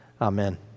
Amen